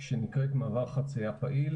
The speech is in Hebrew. שנקראת מעבר חציה פעיל